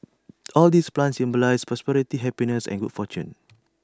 all these plants symbolise prosperity happiness and good fortune